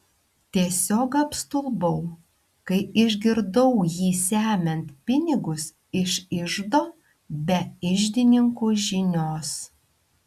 tiesiog apstulbau kai išgirdau jį semiant pinigus iš iždo be iždininkų žinios